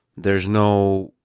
there's no